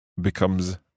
becomes